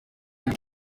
eddy